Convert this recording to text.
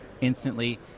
instantly